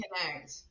connect